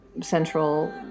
central